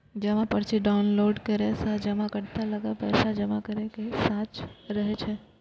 जमा पर्ची डॉउनलोड करै सं जमाकर्ता लग पैसा जमा करै के साक्ष्य रहै छै